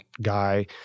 guy